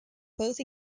both